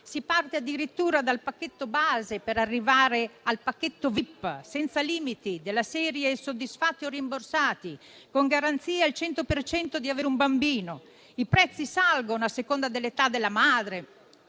si parte addirittura dal pacchetto base per arrivare al pacchetto *vip*, senza limiti, della serie soddisfatti o rimborsati, con garanzia al 100 per cento di avere un bambino. I prezzi salgono a seconda dell'età della madre,